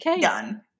Done